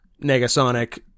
Negasonic